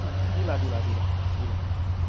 दिलां दिलां दिलां